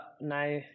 now